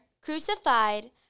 crucified